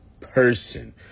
person